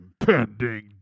impending